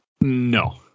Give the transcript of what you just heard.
no